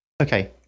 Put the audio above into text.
Okay